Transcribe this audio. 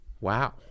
Wow